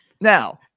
now